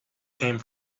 came